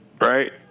Right